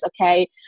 okay